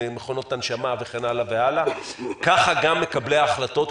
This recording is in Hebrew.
מכונות הנשמה וכן הלאה והלאה ככה גם מקבלי ההחלטות,